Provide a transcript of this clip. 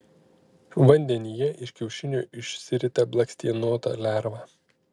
vandenyje iš kiaušinio išsirita blakstienota lerva